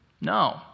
no